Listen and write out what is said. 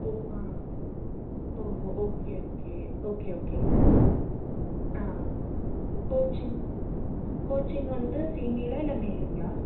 ஓ ஆ ஓ okay okay okay ஓகேங்க ஆ கோச்சிங் கோச்சிங் வந்து ஃபிமேலா இல்லை மேலுங்களா